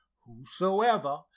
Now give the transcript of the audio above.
Whosoever